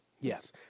Yes